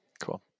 Cool